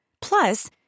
Plus